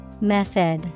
Method